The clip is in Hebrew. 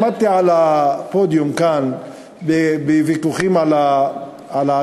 כשעמדתי על הפודיום כאן בוויכוחים על התקציב,